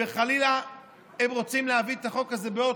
וחלילה רוצים להביא את החוק הזה בעוד